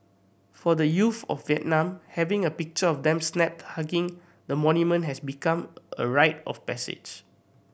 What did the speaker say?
for the youth of Vietnam having a picture of them snapped hugging the monument has become a rite of passage